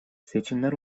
seçimler